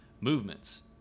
movements